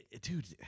dude